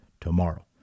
tomorrow